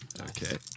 Okay